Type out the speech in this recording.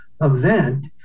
event